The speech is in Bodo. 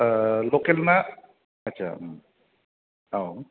लखेला ना अस्सा औ